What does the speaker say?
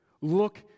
Look